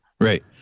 Right